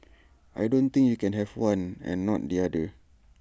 I don't think you can have one and not the other